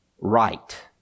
right